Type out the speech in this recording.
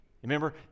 Remember